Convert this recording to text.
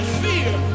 fear